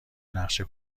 نقشه